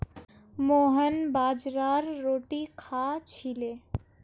मोहन बाजरार रोटी खा छिले